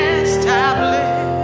established